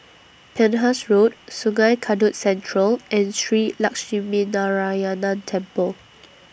Penhas Road Sungei Kadut Central and Shree Lakshminarayanan Temple